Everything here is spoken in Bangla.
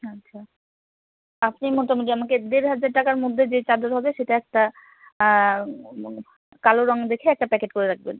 আচ্ছা আপনি মোটামুটি আমাকে দেড় হাজার টাকার মদ্যে যে চাদর হবে সেটা একটা কালো রং দেখে একটা প্যাকেট করে রাখবেন